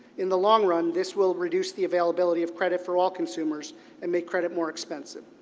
in the long run, this will reduce the availability of credit for all consumers and make credit more expensive.